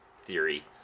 theory